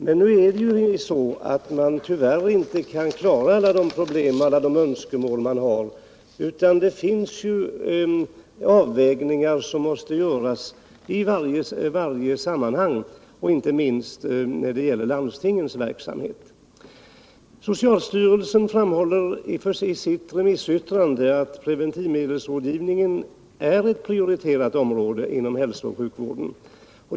Men man kan tyvärr inte klara alla de problem och önskemål man har, utan det finns avvägningar som måste göras i varje sammanhang, inte minst när det gäller landstingens verksamhet. Socialstyrelsen framhåller i sitt remissyttrande att preventivmedelsrådgivningen är ett prioriterat område inom hälsooch sjukvården.